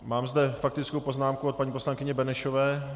Mám zde faktickou poznámku od paní poslankyně Benešové.